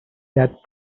that